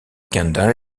kendall